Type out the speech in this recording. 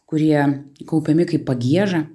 kurie kaupiami kaip pagieža